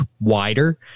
wider